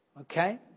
Okay